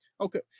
Okay